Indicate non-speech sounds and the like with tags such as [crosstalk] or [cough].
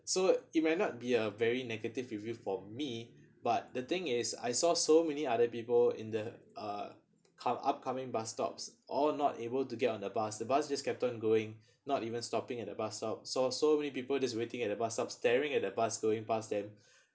so it might not be a very negative review for me but the thing is I saw so many other people in the uh come upcoming bus stops all not able to get on the bus the bus just kept on going not even stopping at the bus stop so so many people just waiting at the bus stop staring at the bus going past them [breath]